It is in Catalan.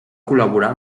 col·laborar